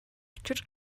учир